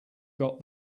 got